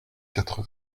quatre